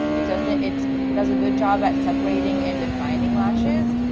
it does and it does a good job at separating and defining lashes,